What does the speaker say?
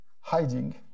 hiding